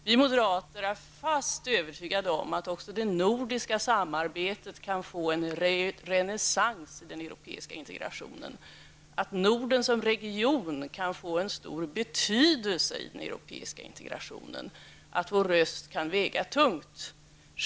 Vi moderater är fast övertygade om att också det nordiska samarbetet kan få en renässans i den europeiska integrationen, att Norden som region kan få en stor betydelse i den europeiska integrationen och att vår röst kan väga tungt.